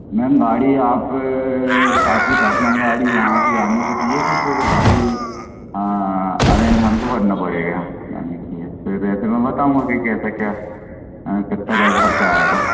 ma'am गाड़ी आप आपकी पर्सनल गाड़ी है यहाँ से जाने के लिये कि फिर गाड़ी हाँ अरे हमको करना पड़ेगा जाने के लिये फिर ऐसे मैं बताऊँगा कैसे क्या कब तक खर्चा आयेगा